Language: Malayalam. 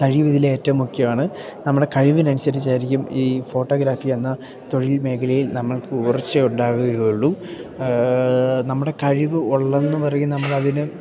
കഴിവിതിലേറ്റവും മുഖ്യമാണ് നമ്മുടെ കഴിവിന് അനുസരിച്ചായിരിക്കും ഈ ഫോട്ടോഗ്രാഫിയെന്ന തൊഴിൽ മേഖലയിൽ നമ്മൾക്ക് ഉയർച്ച ഉണ്ടാവുകയുള്ളൂ നമ്മുടെ കഴിവ് ഉള്ളെന്ന് പറയും നമ്മളതിന്